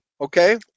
Okay